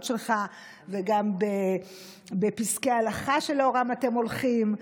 שלך וגם בפסקי הלכה שלאורם אתם הולכים.